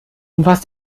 umfasst